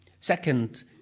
second